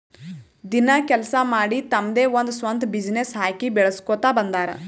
ದಿನ ಕೆಲ್ಸಾ ಮಾಡಿ ತಮ್ದೆ ಒಂದ್ ಸ್ವಂತ ಬಿಸಿನ್ನೆಸ್ ಹಾಕಿ ಬೆಳುಸ್ಕೋತಾ ಬಂದಾರ್